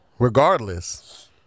Regardless